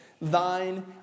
thine